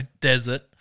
desert